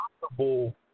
possible